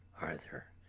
arthur!